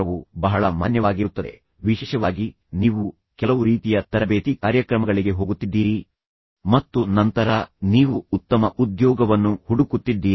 ಆದರೆ ಮತ್ತೊಂದೆಡೆ ಪ್ರಮಾಣಪತ್ರವು ಬಹಳ ಮಾನ್ಯವಾಗಿರುತ್ತದೆ ವಿಶೇಷವಾಗಿ ನೀವು ಕೆಲವು ರೀತಿಯ ತರಬೇತಿ ಕಾರ್ಯಕ್ರಮಗಳಿಗೆ ಹೋಗುತ್ತಿದ್ದೀರಿ ಮತ್ತು ನಂತರ ನೀವು ಉತ್ತಮ ಉದ್ಯೋಗವನ್ನು ಹುಡುಕುತ್ತಿದ್ದೀರಿ